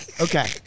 Okay